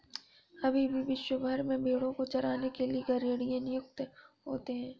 अभी भी विश्व भर में भेंड़ों को चराने के लिए गरेड़िए नियुक्त होते हैं